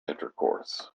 intercourse